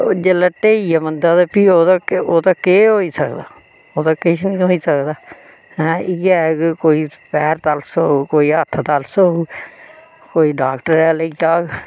ओह् जेल्लै टेही जा बंदा ते फ्ही ओह्दा केह् होई सकदा ओह्दा किश निं होई सकदा ऐं इ'यै ऐ कि कोई पैर तलसो'ग कोई ह'त्थ तलसो'ग कोई डाक्टरै दे लेई जाह्ग